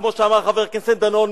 כמו שאמר חבר הכנסת דנון,